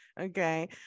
okay